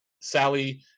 Sally